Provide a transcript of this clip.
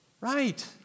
right